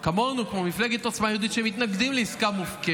הימין בנה את החמאס בעזה כמו שאתם בונים עכשיו את החמאס בשטחים,